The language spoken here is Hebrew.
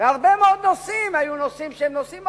והרבה מאוד נושאים היו נושאים שהם נושאים,